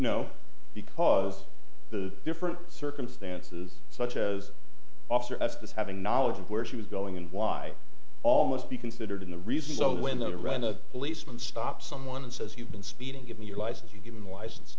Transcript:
no because the different circumstances such as officer s this having knowledge of where she was going and why all must be considered in the result window to run a policeman stops someone and says you've been speeding give me your license you give him license